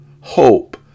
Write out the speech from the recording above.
hope